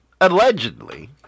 allegedly